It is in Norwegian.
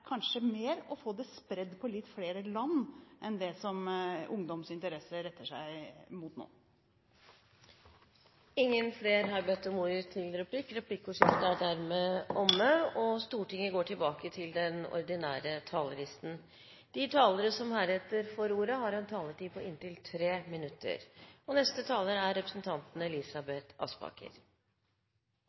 kanskje mer å få spredt det på litt flere land enn det som ungdommens interesser retter seg mot nå. Flere har ikke bedt om ordet til replikk. De talere som heretter får ordet, har en taletid på inntil 3 minutter. Kunnskapsbygging er en forutsetning for at vi i Norge i fremtiden skal kunne være mer innovative, jobbe smartere og opprettholde vår konkurranseevne. Derfor er